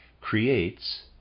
creates